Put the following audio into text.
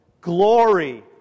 Glory